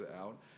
out